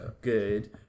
Good